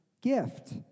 gift